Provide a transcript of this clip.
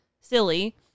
silly